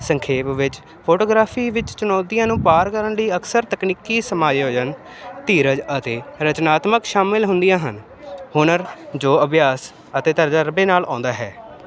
ਸੰਖੇਪ ਵਿੱਚ ਫੋਟੋਗ੍ਰਾਫੀ ਵਿੱਚ ਚੁਣੌਤੀਆਂ ਨੂੰ ਪਾਰ ਕਰਨ ਲਈ ਅਕਸਰ ਤਕਨੀਕੀ ਸਮਾਯੋਜਨ ਧੀਰਜ ਅਤੇ ਰਚਨਾਤਮਕ ਸ਼ਾਮਿਲ ਹੁੰਦੀਆਂ ਹਨ ਹੁਨਰ ਜੋ ਅਭਿਆਸ ਅਤੇ ਤਜਰਬੇ ਨਾਲ ਆਉਂਦਾ ਹੈ